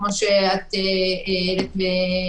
כפי שהעלית כרגע,